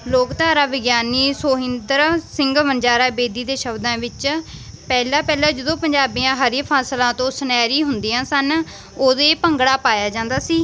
ਲੋਕਧਾਰਾ ਵਿਗਿਆਨੀ ਸੋਹਿੰਦਰ ਸਿੰਘ ਵਣਜਾਰਾ ਬੇਦੀ ਦੇ ਸ਼ਬਦਾਂ ਵਿੱਚ ਪਹਿਲਾ ਪਹਿਲਾ ਜਦੋਂ ਪੰਜਾਬੀਆਂ ਹਰੀ ਫਸਲਾਂ ਤੋਂ ਸੁਨਹਿਰੀ ਹੁੰਦੀਆਂ ਸਨ ਉਦੋਂ ਇਹ ਭੰਗੜਾ ਪਾਇਆ ਜਾਂਦਾ ਸੀ